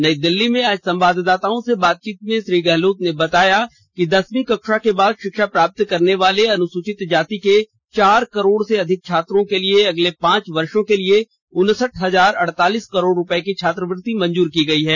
नई दिल्ली में आज संवाददाताओं से बातचीत में श्री गहलोत ने बताया कि दसवीं कक्षा के बाद शिक्षा प्राप्त करने वाले अनुसूचित जाति के चार करोड़ से अधिक छात्रों के लिए अगले पांच वर्षो के लिए उनसठ हजार अडतालीस करोड रुपये की छात्रवृत्ति मंजूर की गयी है